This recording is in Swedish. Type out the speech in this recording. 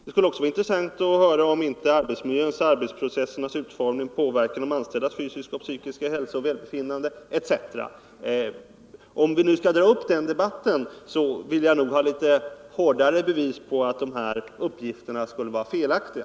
Det skulle också vara intressant att höra om inte arbetsmiljöns och arbetsprocessernas utformning påverkar de anställdas fysiska och psykiska hälsa och välbefinnande, etc. Om vi nu skall ta upp den debatten vill jag nog ha litet bättre bevis för att dessa uppgifter skulle vara felaktiga.